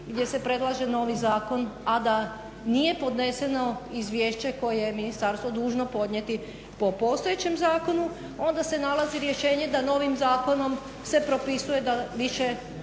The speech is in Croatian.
gdje se predlaže novi zakon, a da nije podneseno izvješće koje je ministarstvo dužno podnijeti po postojećem zakonu onda se nalazi rješenje da novim zakonom se propisuje da više